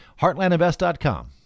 HeartlandInvest.com